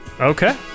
okay